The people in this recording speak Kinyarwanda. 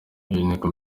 niko